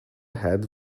head